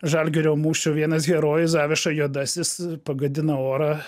žalgirio mūšio vienas herojus zaviša juodasis pagadina orą